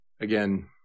again